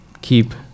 keep